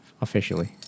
Officially